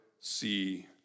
see